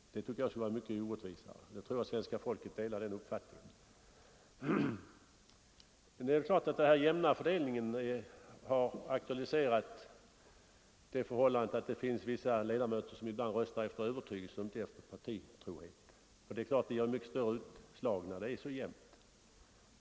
Denna service har förbättrats vara mycket orättvisare, och jag tror att svenska folket delar den uppfattningen. Det är klart att den jämna mandatfördelningen aktualiserat den omständigheten att det finns vissa ledamöter som ibland röstar efter övertygelse och inte efter partitrohet. Detta ger naturligtvis mycket större utslag när ställningen är så jämn.